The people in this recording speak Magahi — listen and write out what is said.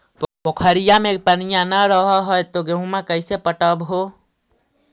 पोखरिया मे पनिया न रह है तो गेहुमा कैसे पटअब हो?